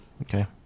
Okay